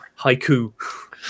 haiku